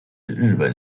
日本